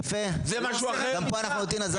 יפה, גם פה אנחנו נותנים אזהרה של כניסה.